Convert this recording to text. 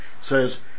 says